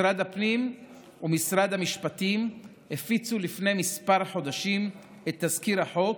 משרד הפנים ומשרד המשפטים הפיצו לפני כמה חודשים את תזכיר החוק,